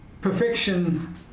perfection